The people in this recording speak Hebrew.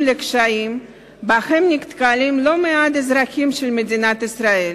לקשיים שבהם נתקלים לא מעט אזרחים של מדינת ישראל